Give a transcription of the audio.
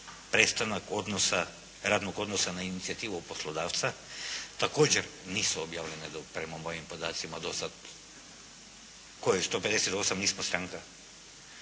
prestanak odnosa, radnog odnosa na inicijativu poslodavca, također nisu objavljene prema mojim podacima dosad. Koje 158 nismo stranka,